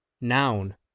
Noun